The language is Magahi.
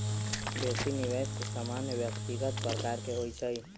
बेशी निवेश सामान्य व्यक्तिगत प्रकार के होइ छइ